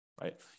right